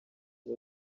abo